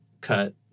cut